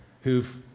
who've